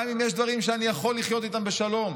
גם אם יש דברים שאני יכול לחיות איתם בשלום,